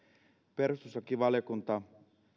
perustuslakivaliokunta